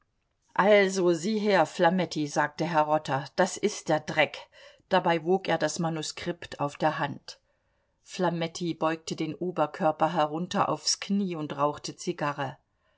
also sieh her flametti sagte herr rotter das ist der dreck dabei wog er das manuskript auf der hand flametti beugte den oberkörper herunter aufs knie und rauchte zigarre